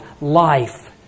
life